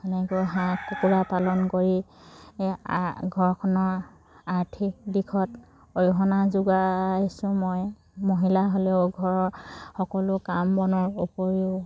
সেনেকৈ হাঁহ কুকুৰা পালন কৰি আ ঘৰখনৰ আৰ্থিক দিশত অৰিহণা যোগাইছোঁ মই মহিলা হ'লেও ঘৰৰ সকলো কাম বনৰ উপৰিও